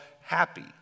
happy